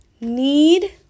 need